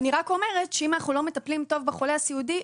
ואני רק אומרת שאם אנחנו לא מטפלים טוב בחולה הסיעודי,